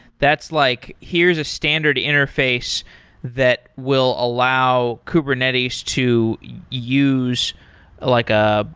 that's like, here's a standard interface that will allow kubernetes to use like a,